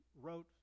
wrote